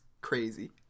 crazy